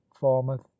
falmouth